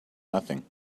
nothing